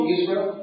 Israel